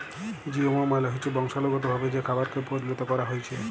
GMO মালে হচ্যে বংশালুগতভাবে যে খাবারকে পরিলত ক্যরা হ্যয়েছে